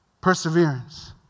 Perseverance